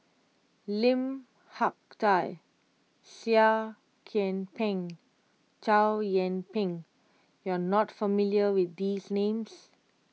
Lim Hak Tai Seah Kian Peng Chow Yian Ping you are not familiar with these names